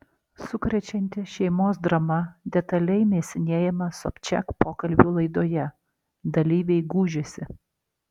sukrečianti šeimos drama detaliai mėsinėjama sobčiak pokalbių laidoje dalyviai gūžiasi